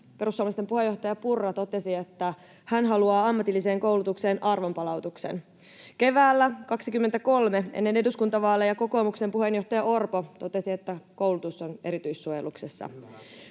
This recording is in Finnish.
perussuomalaisten puheenjohtaja Purra totesi, että hän haluaa ammatilliseen koulutukseen arvonpalautuksen. Keväällä 23 ennen eduskuntavaaleja kokoomuksen puheenjohtaja Orpo totesi, että koulutus on erityissuojeluksessa.